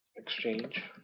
exchange